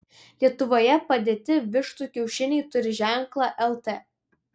lietuvoje padėti vištų kiaušiniai turi ženklą lt